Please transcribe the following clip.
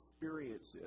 experiences